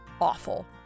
awful